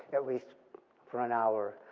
at least for an hour.